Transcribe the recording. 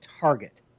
target